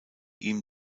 ihm